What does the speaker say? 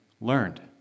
learned